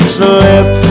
slip